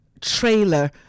trailer